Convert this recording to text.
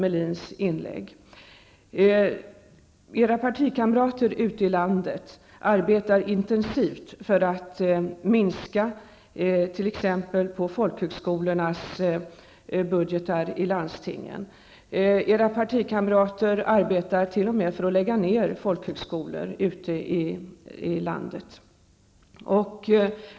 Era partikamrater ute i landet arbetar intensivt för att minska landstingens budgetar för folkhögskolorna. Era partikamrater arbetar t.o.m. för att lägga ner folkhögskolor ute i landet.